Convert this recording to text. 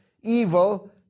evil